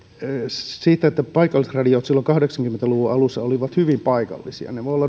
paikallisradiot silloin kahdeksankymmentä luvun alussa olivat hyvin paikallisia ne voivat